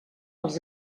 els